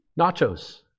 nachos